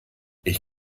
ich